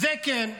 זה כן,